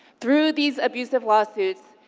through these abusive lawsuits,